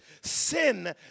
sin